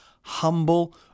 humble